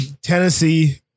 Tennessee